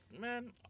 man